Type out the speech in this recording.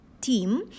team